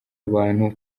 abantu